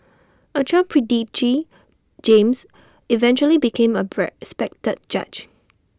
A child prodigy James eventually became A pre respected judge